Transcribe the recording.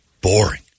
boring